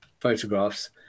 photographs